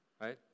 right